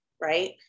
right